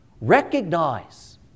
recognize